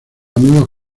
amigos